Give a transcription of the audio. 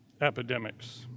epidemics